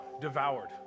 devoured